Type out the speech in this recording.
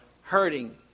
hurting